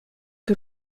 que